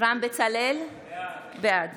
אברהם בצלאל, בעד